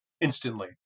instantly